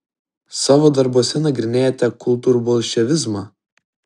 savo darbuose nagrinėjate kultūrbolševizmą